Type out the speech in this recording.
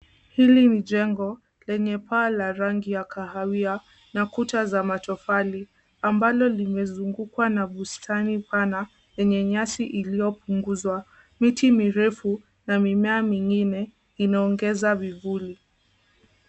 Hili ni jengo lenye paa la rangi ya kahawia na kuta za matofali ambalo limezungukwa na bustani pana yenye nyasi iliyopunguzwa. Miti mirefu na mimea mingine inaongeza vivuli.